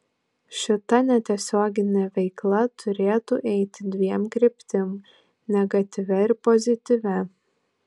šita netiesioginė veikla turėtų eiti dviem kryptim negatyvia ir pozityvia